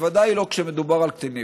בוודאי לא כשמדובר על קטינים.